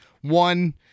One –